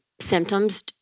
symptoms